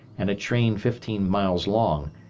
and a train fifteen miles long,